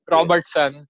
Robertson